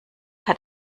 hat